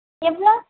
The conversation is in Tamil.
எவ்வளோ